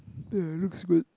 but it looks good